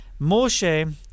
Moshe